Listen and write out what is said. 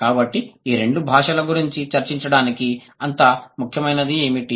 కాబట్టి ఈ రెండు భాషల గురించి చర్చించడానికి అంత ముఖ్యమైనది ఏమిటి